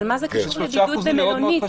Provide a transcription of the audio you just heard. אבל מה זה קשור לבידוד במלונית?